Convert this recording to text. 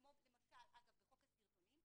כמו שבחוק הסרטונים,